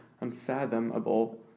unfathomable